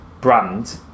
brand